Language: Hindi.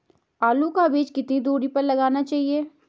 आलू का बीज कितनी दूरी पर लगाना चाहिए?